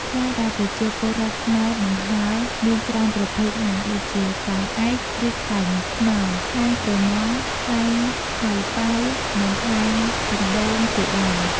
ខ្លែងដែលប្រជាពលរដ្ឋខ្មែរបង្ហើរមានច្រើនប្រភេទណាស់ដូចជា ខ្លែងឯក ឬខ្លែងព្នង ខ្លែងប្រម៉ង់ ខ្លែងហៅប៉ៅ និងខ្លែងកណ្តូង ជាដើម។